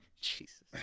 Jesus